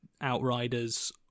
outriders